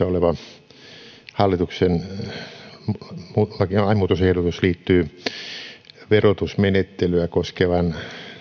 oleva hallituksen lainmuutosehdotus liittyy verotusmenettelyä koskevan